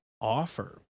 offer